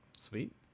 Sweet